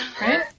right